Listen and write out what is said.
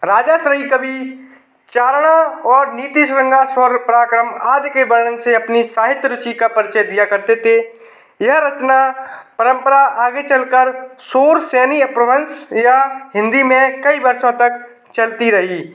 राजा श्री कवि चारणा और नीति शृंगार सौर्य पराक्रम आद के वर्णन से अपनी साहित्य रुचि का परिचय दिया करते थे यह रचना परम्परा आगे चलकर सुर सैनी अपभ्रंश या हिंदी में कई वर्षों तक चलती रही